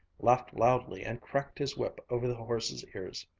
laughed loudly and cracked his whip over the horses' ears.